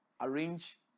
arrange